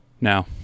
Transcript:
now